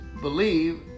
believe